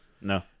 No